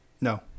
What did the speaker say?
No